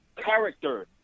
character